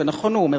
ונכון הוא אומר,